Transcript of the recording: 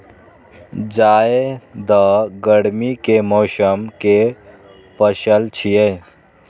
जायद गर्मी के मौसम के पसल छियै